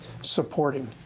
supporting